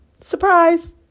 surprise